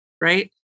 right